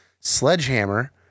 Sledgehammer